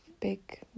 big